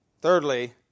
Thirdly